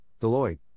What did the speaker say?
Deloitte